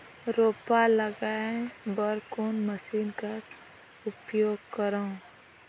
रोपा लगाय बर कोन मशीन कर उपयोग करव?